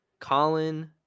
Colin